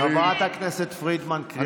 חברת הכנסת פרידמן, קריאה שנייה.